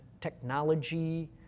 technology